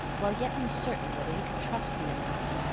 while yet uncertain whether he could trust me or not.